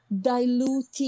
diluted